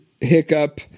hiccup